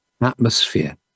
atmosphere